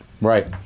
Right